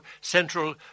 central